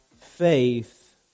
faith